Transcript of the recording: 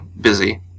busy